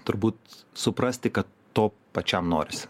turbūt suprasti kad to pačiam norisi